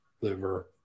liver